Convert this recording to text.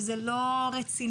זה לא רציני.